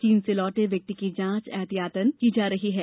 चीन से लौटे व्यक्ति की जांच ऐहतियातन तौर पर की जा रही है